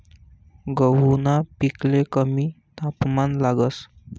गहूना पिकले कमी तापमान लागस